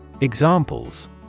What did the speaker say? Examples